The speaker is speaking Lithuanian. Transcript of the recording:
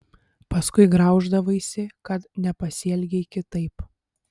paskui grauždavaisi kad nepasielgei kitaip